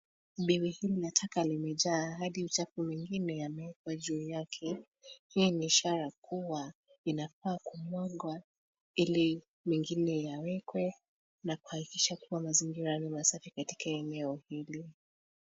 Biwi hili la taka limejaa hadi uchafu mengine yamewekwa juu yake. Hii ni ishara kuwa inafaa kumwagwa ili mengine yawekwa na kuhakikisha kuwa mazingira ni masafi katika eneo hilo